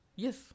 Yes